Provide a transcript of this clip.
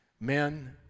Men